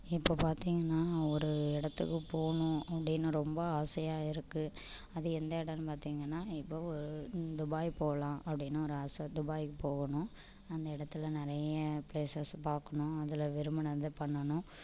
இப்போ பார்த்திங்கன்னா ஒரு இடத்துக்குப் போகணும் அப்படின்னு ரொம்ப ஆசையாக இருக்கு அது எந்த இடம்னு பார்த்திங்கன்னா இப்போ ஒரு துபாய் போகலாம் அப்படின்னு ஒரு ஆசை துபாய்க்கு போகணும் அந்த இடத்துல நிறைய பிளேசஸ் பார்க்கணும் அதில் விரும்புனதை பண்ணனும்